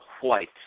White